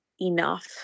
enough